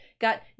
got